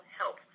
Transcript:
help